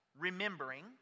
remembering